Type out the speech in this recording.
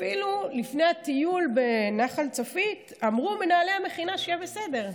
אפילו לפני הטיול בנחל צפית אמרו מנהלי המכינה שיהיה בסדר,